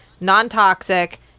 non-toxic